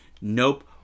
Nope